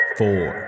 four